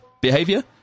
behavior